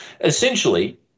Essentially